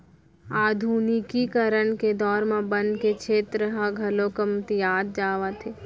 आधुनिकीकरन के दौर म बन के छेत्र ह घलौ कमतियात जावत हे